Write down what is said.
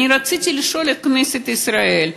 רציתי לשאול את כנסת ישראל,